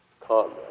come